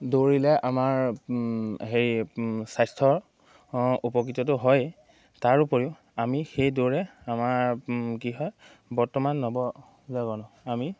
দৌৰিলে আমাৰ হেৰি স্বাস্থ্যৰ উপকৃততো হয়েই তাৰ উপৰিও আমি সেই দৌৰে আমাৰ কি হয় বৰ্তমান নব আমি